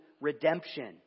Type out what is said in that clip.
redemption